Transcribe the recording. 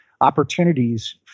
opportunities